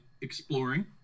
exploring